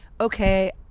okay